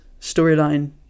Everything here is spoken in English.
storyline